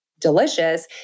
delicious